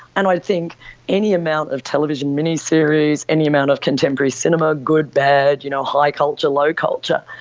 and i think any amount of television miniseries, any amount of contemporary cinema, good, bad, you know high culture, low culture,